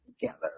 together